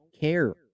care